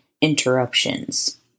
interruptions